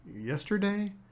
yesterday